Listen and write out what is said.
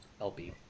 LB